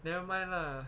nevermind lah